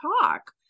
talk